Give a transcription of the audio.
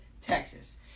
Texas